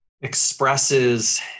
expresses